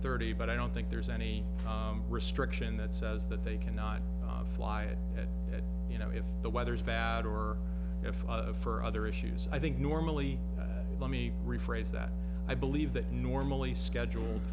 thirty but i don't think there's any restriction that says that they cannot fly and you know if the weather is bad or if for other issues i think normally let me rephrase that i believe that normally scheduled